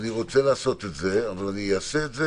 אני רוצה לעשות את זה, אבל אני אעשה את זה